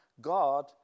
God